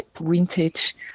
vintage